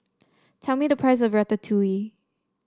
tell me the price of Ratatouille